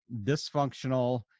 dysfunctional